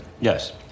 yes